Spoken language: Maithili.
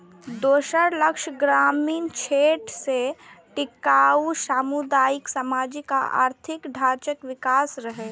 दोसर लक्ष्य ग्रामीण क्षेत्र मे टिकाउ सामुदायिक, सामाजिक आ आर्थिक ढांचाक विकास रहै